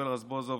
יואל רזבוזוב,